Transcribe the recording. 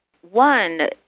One